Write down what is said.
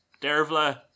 Dervla